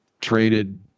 Traded